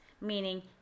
meaning